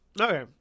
okay